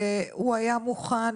והוא היה מוכן